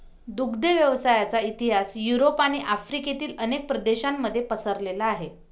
दुग्ध व्यवसायाचा इतिहास युरोप आणि आफ्रिकेतील अनेक प्रदेशांमध्ये पसरलेला आहे